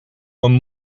one